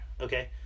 okay